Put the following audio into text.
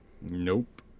Nope